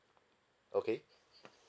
okay